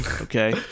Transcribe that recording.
okay